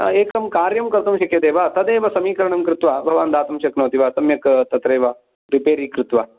एकं कार्यं कर्तुं शक्यते वा तदेव समीकरणं कृत्वा भवान् दातुं शक्नोति वा भवति वा सम्यक् तत्र रिपेरि कृत्वा